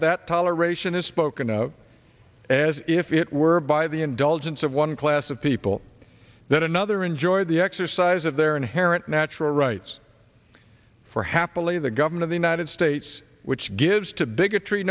more that toleration is spoken of as if it were by the indulgence of one class of people that another enjoy the exercise of their inherent natural rights for happily the government of the united states which gives to bigotry